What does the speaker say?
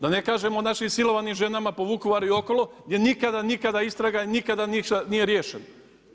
Da ne kažemo o našim silovanim ženama po Vukovaru i okolo, gdje nikada nikada istraga nikada nije riješeno.